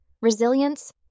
resilience